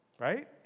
Right